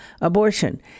abortion